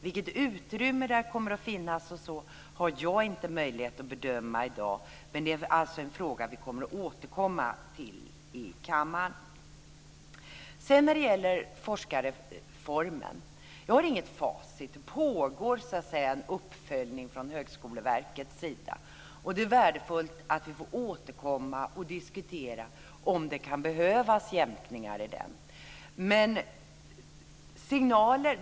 Vilket utrymme det kommer att finnas har jag inte möjlighet att bedöma i dag, men det är en fråga som vi återkommer till i kammaren. När det gäller forskarreformen har jag inget facit. Det pågår en uppföljning från Högskoleverket. Det är värdefullt att vi får återkomma och diskutera om det kan behövas jämkningar i den.